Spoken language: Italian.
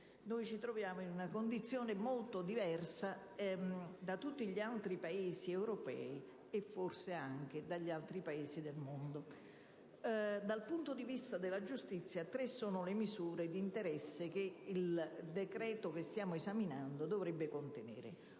Ci troviamo in una condizione molto diversa da tutti gli altri Paesi europei e forse anche dagli altri Paesi del mondo. Dal punto di vista della giustizia, tre sono le misure di interesse che il decreto-legge al nostro esame dovrebbe contenere.